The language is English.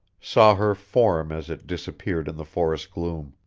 saw her form as it disappeared in the forest gloom.